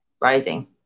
rising